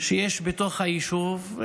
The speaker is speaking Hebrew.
שיש ביישוב.